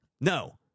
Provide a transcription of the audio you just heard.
no